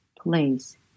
place